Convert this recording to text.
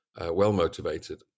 well-motivated